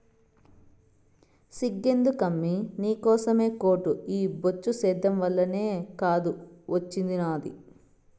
సిగ్గెందుకమ్మీ నీకోసమే కోటు ఈ బొచ్చు సేద్యం వల్లనే కాదూ ఒచ్చినాది